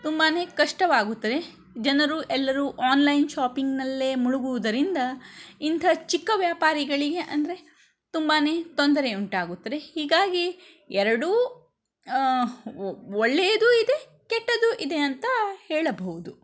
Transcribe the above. ತುಂಬನೇ ಕಷ್ಟವಾಗುತ್ತದೆ ಜನರು ಎಲ್ಲರು ಆನ್ಲೈನ್ ಶಾಪಿಂಗ್ನಲ್ಲೇ ಮುಳುಗುವುದರಿಂದ ಇಂತಹ ಚಿಕ್ಕ ವ್ಯಾಪಾರಿಗಳಿಗೆ ಅಂದರೆ ತುಂಬನೇ ತೊಂದರೆ ಉಂಟಾಗುತ್ತದೆ ಹೀಗಾಗಿ ಎರಡೂ ಒಳ್ಳೆಯದು ಇದೆ ಕೆಟ್ಟದ್ದು ಇದೆ ಅಂತ ಹೇಳಬಹುದು